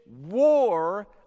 war